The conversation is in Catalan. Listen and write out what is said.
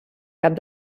cap